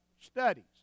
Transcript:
studies